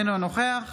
אינו נוכח